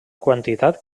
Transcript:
quantitat